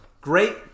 Great